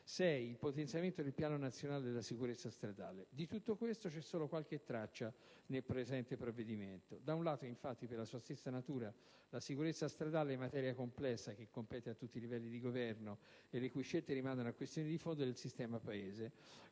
e il potenziamento del piano nazionale della sicurezza stradale. Di tutto questo c'è solo qualche traccia nel presente provvedimento. Da un lato, infatti, per sua stessa natura la sicurezza stradale è materia complessa che compete a tutti i livelli di governo e le cui scelte rimandano a questioni di fondo del sistema Paese,